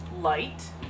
light